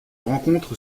rencontre